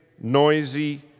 noisy